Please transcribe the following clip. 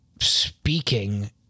speaking